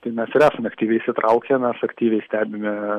tai mes ir esam aktyviai įsitraukę mes aktyviai stebime